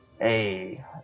Hey